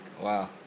Wow